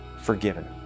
forgiven